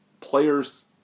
players